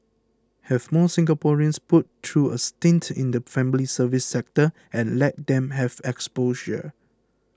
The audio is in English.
have more Singaporeans put through a stint in the family service sector and let them have exposure